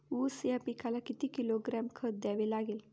ऊस या पिकाला किती किलोग्रॅम खत द्यावे लागेल?